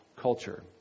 culture